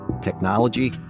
technology